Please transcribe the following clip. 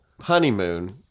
honeymoon